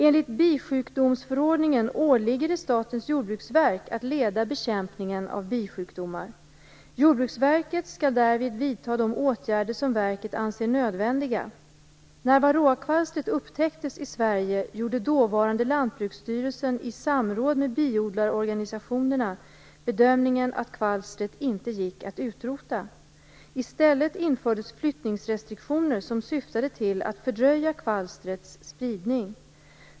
Enligt bisjukdomsförordningen åligger det Statens jordbruksverk att leda bekämpningen av bisjukdomar. Jordbruksverket skall därvid vidta de åtgärder som verket anser nödvändiga. När varroakvalstret upptäcktes i Sverige gjorde dåvarande Lantbruksstyrelsen i samråd med biodlarorganisationerna bedömningen att kvalstret inte gick att utrota. I stället infördes flyttningsrestriktioner som syftade till att fördröja kvalstrets spridning.